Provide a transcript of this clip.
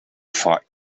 fought